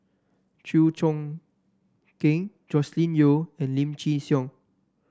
Chew Choo Keng Joscelin Yeo and Lim Chin Siong